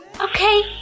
Okay